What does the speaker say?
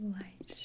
light